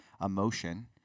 emotion